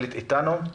בבקשה.